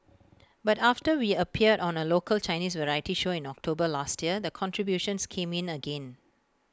but after we appeared on A local Chinese variety show in October last year the contributions came in again